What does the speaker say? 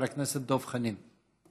חבר הכנסת דב חנין.